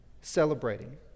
Celebrating